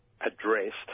addressed